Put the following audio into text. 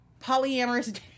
polyamorous